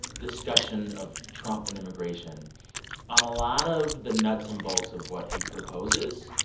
discussion of trump and immigration on a lot of the nuts and bolts of what he proposes.